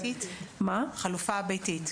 חלופה ביתית.